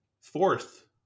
fourth